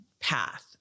path